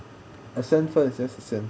ascend first just ascend